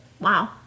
Wow